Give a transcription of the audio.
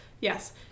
Yes